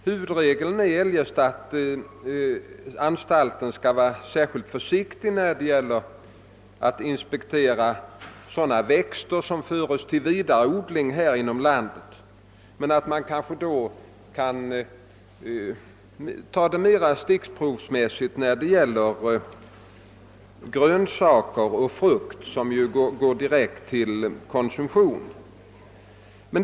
Huvudregeln är eljest att anstalten skall vara särskilt försiktig, när det gäller att inspektera sådana växter som föres till vidare odling inom vårt land, men kan utföra kontrollen mera stickprovsmässigt när det gäller grönsaker och frukt som går direkt till konsumtion.